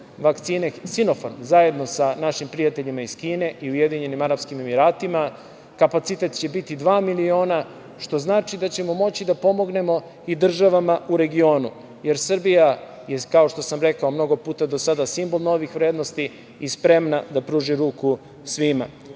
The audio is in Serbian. vakcine „Sinofarm“, zajedno sa našim prijateljima iz Kine i UAE. Kapacitet će biti dva miliona, što znači da ćemo moći da pomognemo i državama u regionu, jer Srbija je, kao što sam rekao, mnogo puta do sada simbol novih vrednosti i spremna da pruži ruku